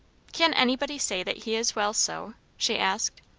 can anybody say that he is well so? she asked.